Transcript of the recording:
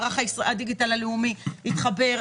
לזה שמערך הדיגיטל התחבר?